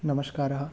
नमस्कारः